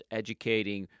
educating